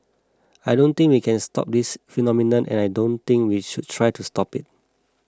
I don't think we can stop this phenomenon and I don't think we should try to stop it